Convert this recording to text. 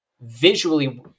visually